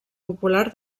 popular